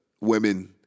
women